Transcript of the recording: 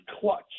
clutch